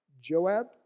Joab